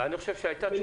אני חושב שהייתה תשובה.